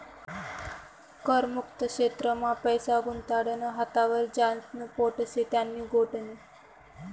कर मुक्त क्षेत्र मा पैसा गुताडानं हातावर ज्यास्न पोट शे त्यानी गोट नै